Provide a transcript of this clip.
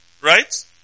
Right